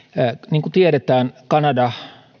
niin kuin tiedetään kanada